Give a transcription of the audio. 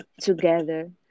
together